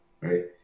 right